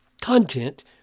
content